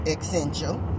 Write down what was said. essential